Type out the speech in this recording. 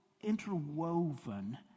interwoven